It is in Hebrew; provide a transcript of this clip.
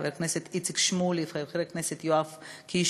חבר הכנסת איציק שמולי וחבר הכנסת יואב קיש,